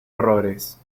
errores